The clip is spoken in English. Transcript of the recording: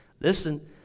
listen